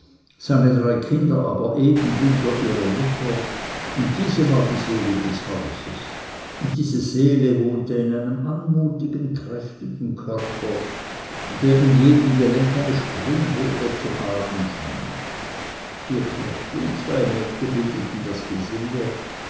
seine drei kinder aber ebenbilder ihrer mutter und diese war die seele des hauses und diese seele wohnte in einem anmutigen kräftigen körper der in jedem gelenke eine springfeder zu haben schien vier knechte und zwei mägde bildeten das gesinde